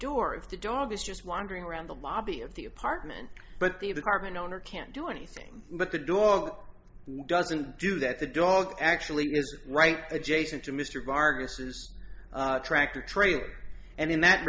door if the dog is just wandering around the lobby of the apartment but the of apartment owner can't do anything but the dog doesn't do that the dog actually right adjacent to mr vargas is a tractor trailer and in that